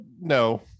no